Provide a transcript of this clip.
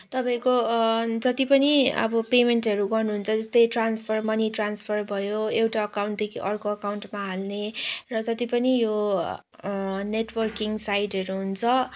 तपाईँको जति पनि अब पेमेन्टहरू गर्नुहुन्छ जस्तै ट्रान्सफर मनी ट्रान्सफर भयो एउटा अकाउन्टदेखि अर्को अकाउन्टमा हाल्ने र जति पनि यो नेटवर्किङ साइटहरू हुन्छ